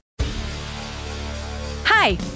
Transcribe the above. Hi